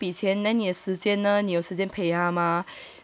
then 你你要去赚那那笔钱 then 你时间呢你有时间培他 mah